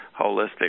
holistic